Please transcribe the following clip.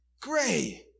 Gray